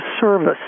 service